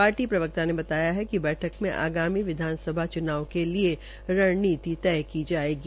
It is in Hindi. पार्टी प्रवक्ता ने बताया कि बैठक में आगामी विधानसभा चुनाव के लिए रणनीति तय की जायेगी